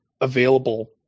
available